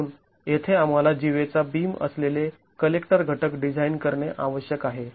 म्हणून येथे आम्हाला जीवेचा बीम असलेले कलेक्टर घटक डिझाईन करणे आवश्यक आहे